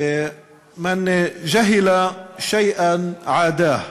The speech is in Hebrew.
דברים בשפה הערבית,